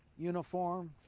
uniform.